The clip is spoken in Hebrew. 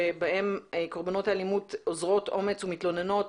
שבהם קורבנות האלימות עוזרות אומץ ומתלוננות